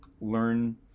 learn